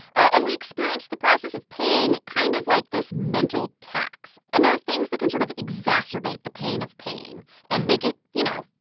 and we experience the process of paying kind of like this mental tax. and there are things that can sort of exacerbate the pain of paying and make it, you know,